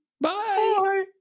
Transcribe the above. Bye